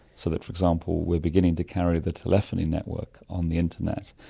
so that, for example, we're beginning to carry the telephony network on the internet,